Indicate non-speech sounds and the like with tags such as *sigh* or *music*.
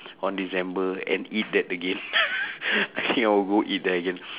*breath* on december and eat that again *laughs* *breath* I think I will go eat there again *breath*